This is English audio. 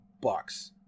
bucks